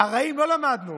הרעים לא למדנו,